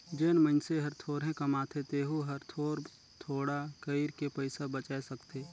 जेन मइनसे हर थोरहें कमाथे तेहू हर थोर थोडा कइर के पइसा बचाय सकथे